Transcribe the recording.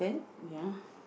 ya